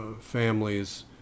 families